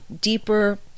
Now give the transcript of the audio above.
deeper